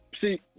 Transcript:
See